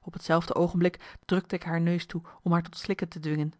op hetzelfde oogenblik drukte ik haar neus toe om haar tot slikken te dwingen